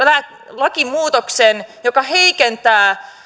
lakimuutoksen joka heikentää